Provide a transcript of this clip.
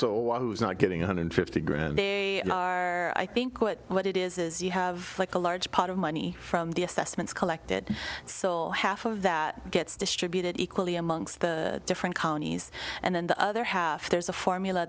is not getting a hundred fifty grand they are i think what what it is is you have a large pot of money from the assessments collected so half of that gets distributed equally amongst the different counties and then the other half there's a formula